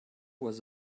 was